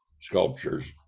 sculptures